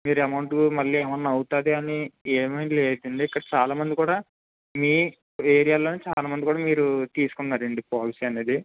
మీరు అమౌంట్ మళ్ళీ ఏమైనా అవుతుందని ఏమీ లేదండి ఇక్కడ చాలామంది కూడా మీ ఏరియాలోనే చాలామంది కూడా మీరు తీసుకున్నారండి పాలసీ అనేది